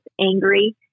angry